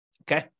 Okay